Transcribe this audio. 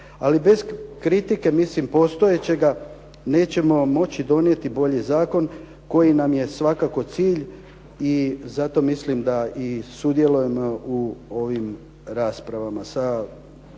ali bez mislim kritike postojećega nećemo moći donijeti bolji zakon koji nam je svakako cilj i zato mislim i sudjelujem u ovim raspravama